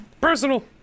personal